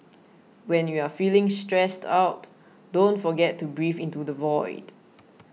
when you are feeling stressed out don't forget to breathe into the void